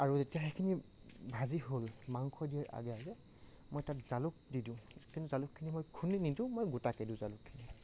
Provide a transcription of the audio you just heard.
আৰু এতিয়া সেইখিনি ভাজি হ'ল মাংস দিয়াৰ আগে আগে মই তাত জালুক দি দিওঁ কিন্তু জালুকখিনি মই খুন্দি নিদিওঁ মই গোটাকৈ দিওঁ জালুকখিনি